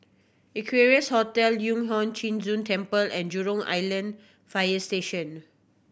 Equarius Hotel Yu Huang Zhi Zun Temple and Jurong Island Fire Station